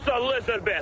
Elizabeth